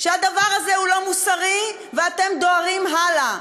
שהדבר הזה הוא לא מוסרי, ואתם דוהרים הלאה.